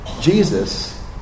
Jesus